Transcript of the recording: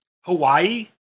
Hawaii